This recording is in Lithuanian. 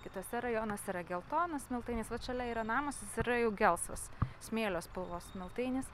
kituose rajonuose yra geltonas smiltainis vat šalia yra namas jis yra jau gelsvas smėlio spalvos smiltainis